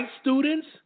students